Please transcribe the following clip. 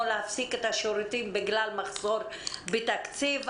להפסיק את השירותים בגלל מחסור בתקציב,